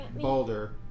boulder